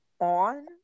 on